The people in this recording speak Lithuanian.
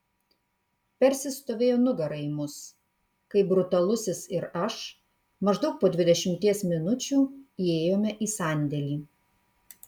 persis stovėjo nugara į mus kai brutalusis ir aš maždaug po dvidešimties minučių įėjome į sandėlį